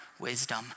wisdom